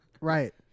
Right